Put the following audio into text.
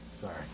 Sorry